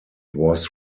was